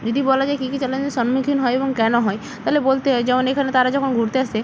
যদি বলা যায় কী কী চ্যালেঞ্জের সম্মুখীন হয় এবং কেন হয় তাহলে বলতেই হয় যখন এখানে তারা যখন ঘুরতে আসে